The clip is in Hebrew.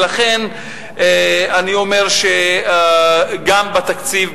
ולכן אני אומר שגם בתקציב,